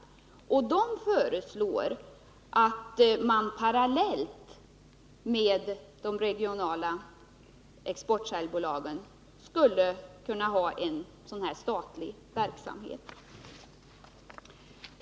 Exportrådet föreslår att man parallellt med de regionala exportsäljbolagen skulle ha en statlig verksamhet.